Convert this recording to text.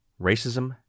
racism